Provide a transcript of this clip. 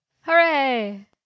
Hooray